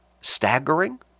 staggering